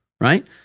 right